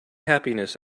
happiness